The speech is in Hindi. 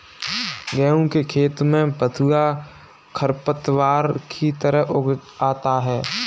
गेहूँ के खेत में बथुआ खरपतवार की तरह उग आता है